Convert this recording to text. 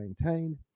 maintained